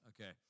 Okay